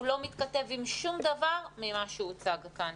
הוא לא מתכתב עם שום דבר ממה שהוצג כאן.